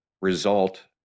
result